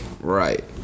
right